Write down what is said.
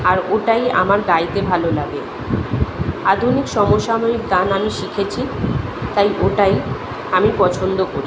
আর ওটাই আমার গাইতে ভালো লাগে আধুনিক সমসাময়িক গান আমি শিখেছি তাই ওটাই আমি পছন্দ করি